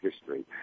history